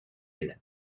ella